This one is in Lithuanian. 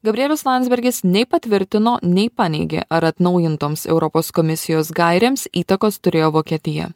gabrielius landsbergis nei patvirtino nei paneigė ar atnaujintoms europos komisijos gairėms įtakos turėjo vokietija